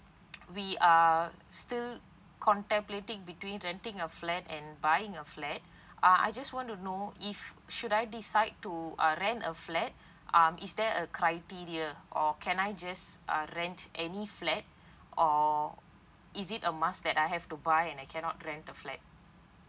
we are still contemplating between renting a flat and buying a flat uh I just want to know if should I decide to uh rent a flat um is there a criteria or can I just uh rent any flat or is it a must that I have to buy and I cannot rent the flat